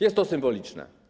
Jest to symboliczne.